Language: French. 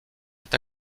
est